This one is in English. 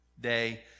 day